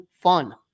fun